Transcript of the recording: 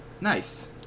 Nice